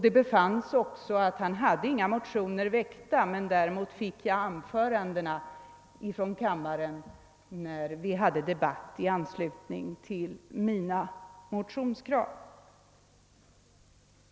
Det befanns också att han inte hade väckt några egna motioner. Vad jag fick var hans anföranden i kammaren när vi hade en debatt i anslutning till mina motionskrav.